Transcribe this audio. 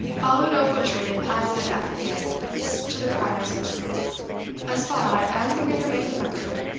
followed ochiltree in passive acquiescence to the prior's oak a spot, as the reader may remember,